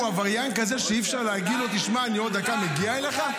הוא עבריין כזה שאי-אפשר להגיד לו: עוד דקה אני מגיע אליך.